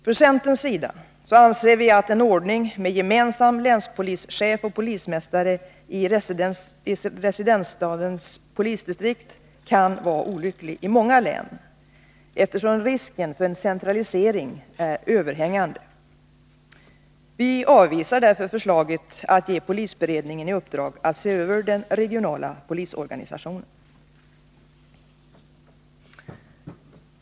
Från centerns sida anser vi att en ordning med gemensam länspolischef och polismästare i residensstadens polisdistrikt kan vara olycklig i många län, eftersom risken för en centralisering är överhängande. Vi avvisar därför förslaget att ge polisberedningen i uppdrag att se över den regionala polisorganisationen.